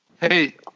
Hey